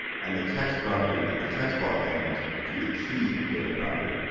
and the text property of the textblock element to the key data property.